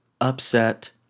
upset